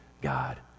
God